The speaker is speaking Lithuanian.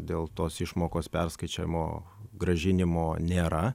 dėl tos išmokos perskaičiavimo grąžinimo nėra